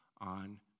on